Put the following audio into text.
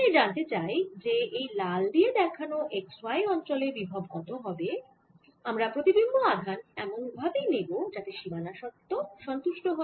আমরা এ জানতে চাই যে এই লাল দিয়ে দেখানো x y অঞ্চলে বিভব কত হবে আমরা প্রতিবিম্ব আধান এমন ভাবেই নেব যাতে সীমানা শর্ত সন্তুষ্ট হয়